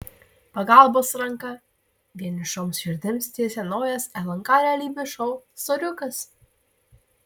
pagalbos ranką vienišoms širdims tiesia naujas lnk realybės šou soriukas